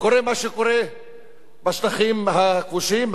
קורה מה שקורה בשטחים הכבושים,